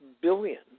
billion